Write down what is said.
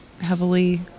heavily